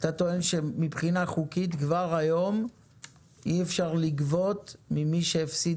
אתה טוען שמבחינה חוקית כבר היום אי אפשר לגבות ממי שהפסיד